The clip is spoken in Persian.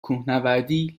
کوهنوردی